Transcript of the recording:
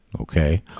okay